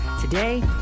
Today